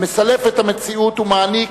המסלף את המציאות ומעניק,